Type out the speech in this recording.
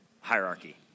hierarchy